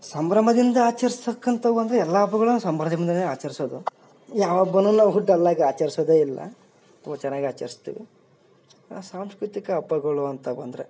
ಸಂಭ್ರಮದಿಂದ ಆಚರಿಸ್ತಕ್ಕಂಥವಂದರೆ ಎಲ್ಲ ಹಬ್ಬಗಳು ಸಂಭ್ರಮದಿಂದಲೇ ಆಚರ್ಸೋದು ಯಾವ ಹಬ್ಬನೂ ನಾವು ಡಲ್ಲಾಗಿ ಆಚರಿಸೋದೇ ಇಲ್ಲ ಹ್ಞೂ ಚೆನ್ನಾಗಿ ಆಚರಿಸ್ತೀವಿ ಸಾಂಸ್ಕೃತಿಕ ಹಬ್ಬಗಳು ಅಂತ ಬಂದರೆ